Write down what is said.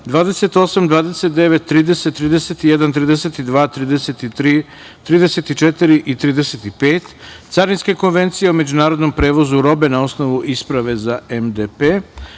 28, 29, 30, 31, 32, 33, 34. i 35. Carinske konvencije o međunarodnom prevozu robe na osnovu isprave za MDP